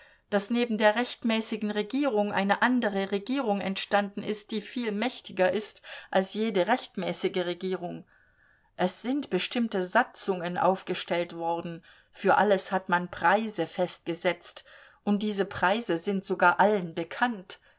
daß neben der rechtmäßigen regierung eine andere regierung entstanden ist die viel mächtiger ist als jede rechtmäßige regierung es sind bestimmte satzungen aufgestellt worden für alles hat man preise festgesetzt und diese preise sind sogar allen bekannt